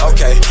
Okay